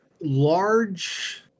large